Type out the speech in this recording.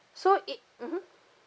so it mmhmm